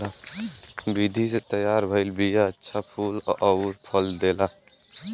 विधि से तैयार भइल बिया अच्छा फूल अउरी फल देला